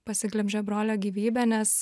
pasiglemžė brolio gyvybę nes